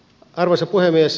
arvoisa puhemies